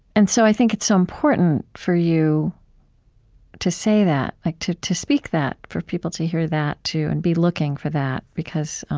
and so i think it's so important for you to say that, like to to speak that, for people to hear that, too, and be looking for that because